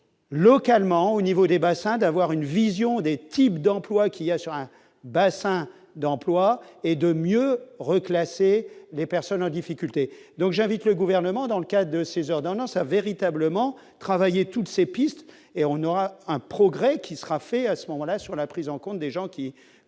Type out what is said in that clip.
localement au niveau des bassins d'avoir une vision des types d'emplois qui assure un bassin d'emploi et de mieux reclasser les personnes en difficulté donc j'invite le gouvernement dans le cas de ces ordonnances a véritablement travaillé toutes ces pistes et on aura un progrès qui sera fait à ce moment-là, sur la prise en compte des gens qui